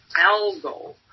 Algal